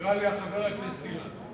תקרא לי חבר הכנסת אילן.